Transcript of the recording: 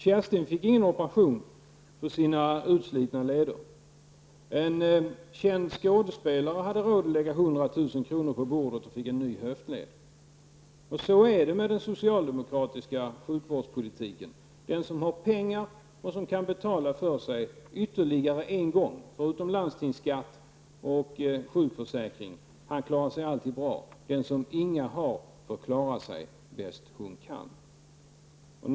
Kerstin fick ingen operation för sina utslitna leder. En känd skådespelare hade råd att lägga upp 100 000 kr. på bordet för att få en ny höftled. Så är det med den socialdemokratiska sjukvårdspolitiken. Den som har pengar och kan betala för sig ytterligare en gång, förutom landstingsskatt och sjukförsäkring, klarar sig alltid bra. Den som inga pengar har får klara sig bäst den kan.